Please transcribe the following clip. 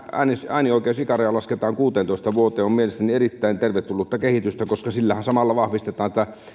äänioikeusikäraja lasketaan kuuteentoista vuoteen on mielestäni erittäin tervetullutta kehitystä koska sillähän samalla vahvistetaan